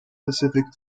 pacific